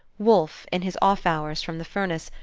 wolfe, in his off-hours from the furnace,